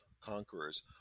conquerors